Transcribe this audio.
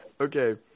Okay